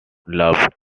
loved